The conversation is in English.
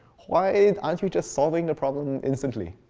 why aren't you just solving the problem instantly?